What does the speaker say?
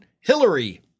Hillary